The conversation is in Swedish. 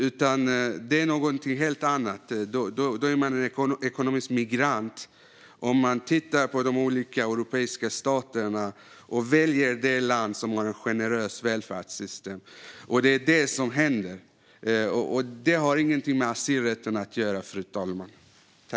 Väljer man ett europeiskt land med ett generöst välfärdssystem är man ekonomisk migrant. Det är detta som händer, och det har inget med asylrätten att göra.